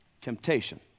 Temptation